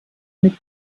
mit